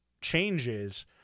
changes